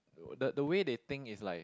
the the way they think is like